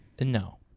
no